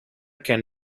can